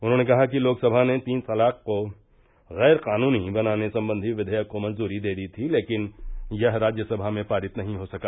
उन्होंने कहा कि लोक सभा ने तीन तलाक को गैर कानूनी बनाने संबंधी विधेयक को मंजूरी दे दी थी लेकिन यह राज्य सभा में पारित नहीं हो सका